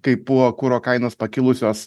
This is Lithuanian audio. kai buvo kuro kainos pakilusios